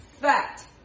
fat